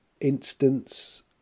instance